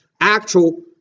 Actual